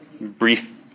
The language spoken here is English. brief